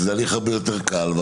שזה הליך הרבה יותר קל,